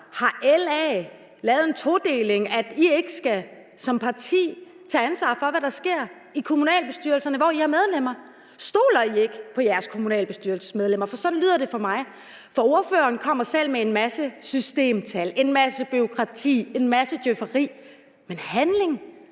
Har LA lavet en todeling, sådan at I ikke som parti skal tage ansvar for, hvad der sker i de kommunalbestyrelser, hvor I har medlemmer? Stoler I ikke på jeres kommunalbestyrelsesmedlemmer? For sådan lyder det for mig. Ordføreren kommer selv med en masse systemtal, en masse bureaukrati og en masse djøfferi – men handling